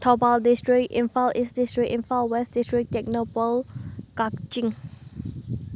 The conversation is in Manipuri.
Thoubal district Imphal east district Imphal west district Tengnoupal Kakching